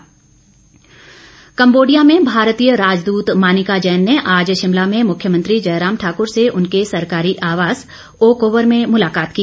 Manika Jain Cambodia में भारतीय राजदूत मानिका जैन ने आज शिमला में मुख्यमंत्री जयराम ठाकुर से उनके सरकारी आवास ओकओवर में मुलाकात की